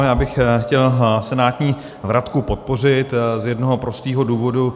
Já bych chtěl senátní vratku podpořit z jednoho prostého důvodu.